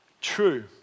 true